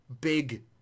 big